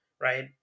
right